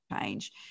change